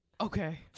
Okay